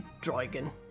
dragon